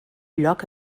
lloc